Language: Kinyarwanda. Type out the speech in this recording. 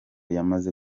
yamaze